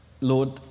Lord